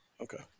Okay